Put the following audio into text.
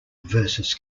versus